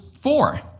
four